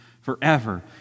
forever